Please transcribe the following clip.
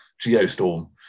geostorm